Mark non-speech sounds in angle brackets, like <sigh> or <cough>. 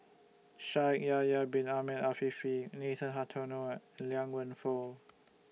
Shaikh Yahya Bin Ahmed Afifi Nathan Hartono and Liang Wenfu <noise>